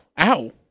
ow